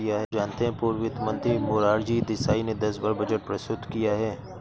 क्या आप जानते है पूर्व वित्त मंत्री मोरारजी देसाई ने दस बार बजट प्रस्तुत किया है?